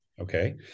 Okay